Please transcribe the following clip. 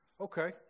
Okay